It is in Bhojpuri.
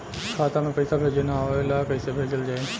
खाता में पईसा भेजे ना आवेला कईसे भेजल जाई?